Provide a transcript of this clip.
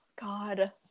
God